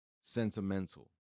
sentimental